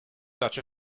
such